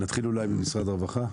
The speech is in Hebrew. נתחיל אולי ממשרד הרווחה.